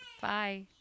Bye